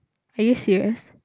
are you serious